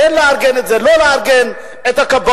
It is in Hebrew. כן לארגן את זה או לא לארגן את הכבאות,